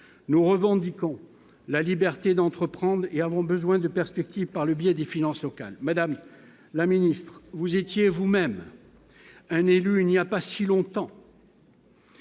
nous revendiquons la liberté d'entreprendre et avons besoin de perspectives, par le biais des finances locales, Madame la Ministre, vous étiez vous-même un élu, il n'y a pas si longtemps.